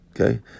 Okay